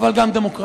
אבל גם דמוקרטית.